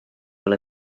will